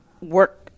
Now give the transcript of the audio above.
work